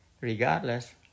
regardless